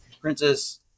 Princess